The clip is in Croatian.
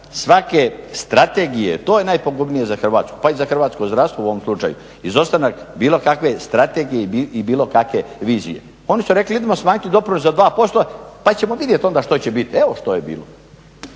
svake strategije. To je najpogubnije za Hrvatsku pa i za hrvatsko zdravstvo u ovom slučaju. Izostanak bilo kakve strategije i bilo kakve vizije. Oni su rekli idemo smanjiti doprinos za 2% pa ćemo vidjet onda što će bit, evo što je bilo.